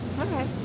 Okay